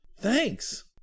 Thanks